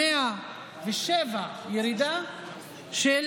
107, ירידה של